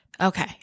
Okay